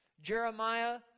Jeremiah